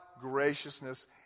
graciousness